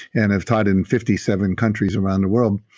and have taught in fifty seven countries around the world,